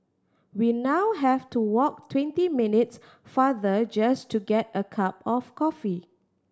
we now have to walk twenty minutes farther just to get a cup of coffee